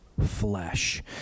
flesh